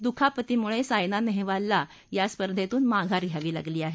दुखापतीमुळे सायना नेहवालला या स्पर्धेतून माघार घ्यावी लागली आहे